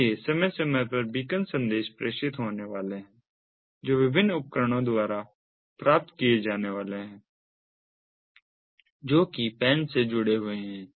इसलिए समय समय पर बीकन संदेश प्रेषित होने वाले हैं जो विभिन्न उपकरणों द्वारा प्राप्त किए जाने वाले हैं जो कि PAN से जुड़े हुए हैं